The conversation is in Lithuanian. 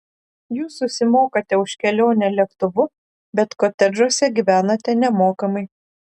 jūs susimokate už kelionę lėktuvu bet kotedžuose gyvenate nemokamai